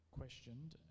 questioned